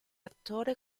attore